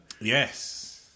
Yes